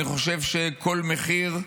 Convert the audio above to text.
אני חושב ש"כל מחיר"